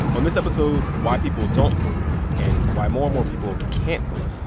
on this episode why people don't vote and why more and more people can't vote.